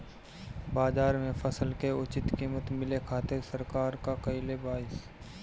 बाजार में फसल के उचित कीमत मिले खातिर सरकार का कईले बाऽ?